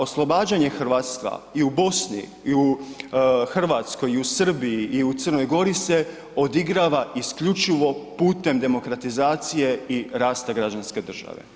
Oslobađanje hrvatstva i u Bosni i u Hrvatskoj i u Srbiji i u Crnoj Gori se odigrava isključivo putem demokratizacije i rasta građanske države.